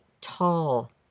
tall